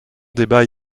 débat